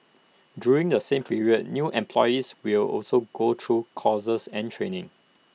during the same period new employees will also go through courses and training